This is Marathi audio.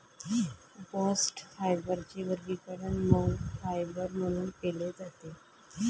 बास्ट फायबरचे वर्गीकरण मऊ फायबर म्हणून केले जाते